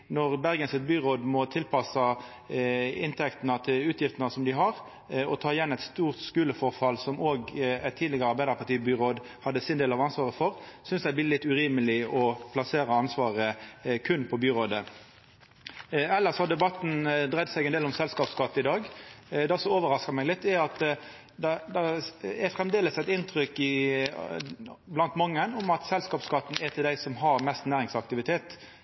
Når byrådet i Bergen i ettertid må tilpassa inntektene til utgiftene dei har, og ta igjen eit stort skuleforfall som tidlegare Arbeidarparti-byråd har sin del av ansvaret for, synest eg det blir litt urimeleg å plassera ansvaret berre på byrådet. Elles har debatten dreidd seg ein del om selskapsskatt i dag. Det som overraskar meg litt, er at det er framleis eit inntrykk blant mange at selskapsskatt er for dei som har mest næringsaktivitet.